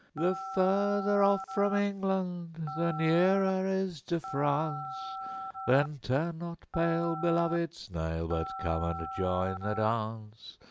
the further off from england the nearer is to france then turn not pale, beloved snail, but come and join the dance.